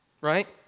right